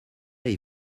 est